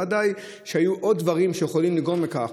ודאי שהיו עוד דברים שיכולים לגרום לכך.